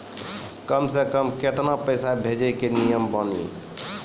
कम से कम केतना पैसा भेजै के नियम बानी?